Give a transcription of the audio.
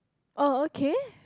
oh okay